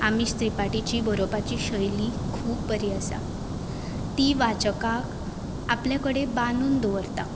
आमीश त्रिपाटीची बरोवपाची शैली खूब बरी आसा ती वाचकाक आपले कडेन बांदून दवरता